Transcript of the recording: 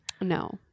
No